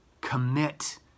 commit